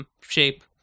shape